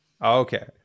Okay